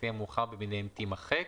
לפי המאוחר מביניהם" תימחק.